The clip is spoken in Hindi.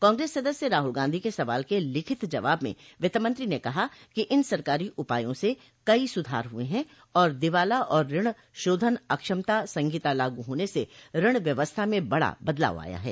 कांग्रेस सदस्य राहुल गांधी के सवाल के लिखित जवाब में वित्तमंत्री ने कहा कि इन सरकारी उपायों से कई सुधार हुए हैं और दिवाला और ऋण शोधन अक्षमता संहिता लागू होने से ऋण व्यवस्था में बड़ा बदलाव आया है